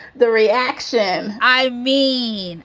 the reaction i mean,